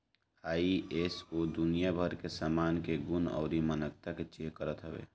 ISO दुनिया भर के सामान के गुण अउरी मानकता के चेक करत हवे